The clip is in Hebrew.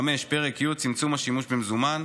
פרק י' צמצום השימוש במזומן,